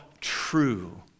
true